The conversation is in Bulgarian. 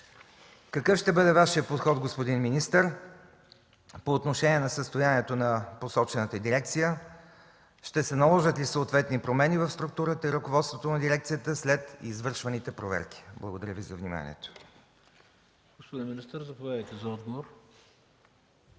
Какъв ще бъде Вашият подход, господин министър, по отношение на състоянието на посочената дирекция? Ще се наложат ли съответни промени в структурата и ръководството на дирекцията след извършваните проверки. Благодаря Ви за вниманието. ПРЕДСЕДАТЕЛ ХРИСТО БИСЕРОВ: Господин министър, заповядайте за отговор.